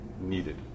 needed